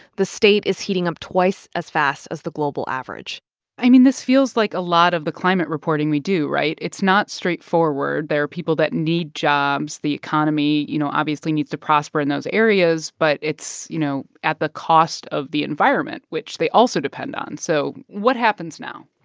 the state is heating up twice as fast as the global average i mean, this feels like a lot of the climate reporting we do, right? it's not straightforward. there are people that need jobs. the economy, you know, obviously needs to prosper in those areas. but it's, you know, at the cost of the environment, which they also depend on. so what happens now?